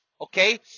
Okay